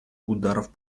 ударов